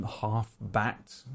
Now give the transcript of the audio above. half-bat